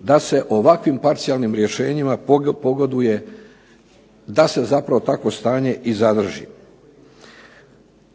da se ovakvim parcijalnim rješenjima pogoduje, da se zapravo takvo stanje i zadrži.